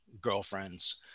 girlfriends